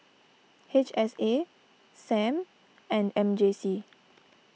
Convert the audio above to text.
H S A Sam and M J C